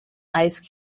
ice